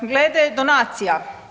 Glede donacija.